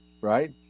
right